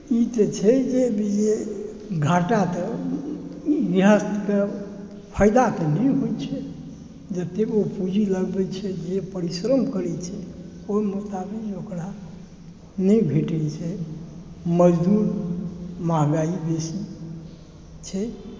ई तऽ छै जे घाटा तऽ गृहस्थ के फायदा तऽ नहि होइ छै जतेक ओ पूॅंजी लगबै छै जतेक ओ परिश्रम करै छै ओहि मुताबिक ओकरा नहि भेटै छै मजदुर महँगाई बेसी छै